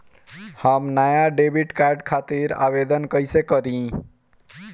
हम नया debit card खातिर आवेदन कईसे करी?